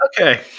Okay